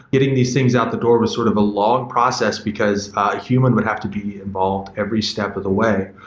getting these things out the door were sort of a log process, because a human would have to be involved every step of the way.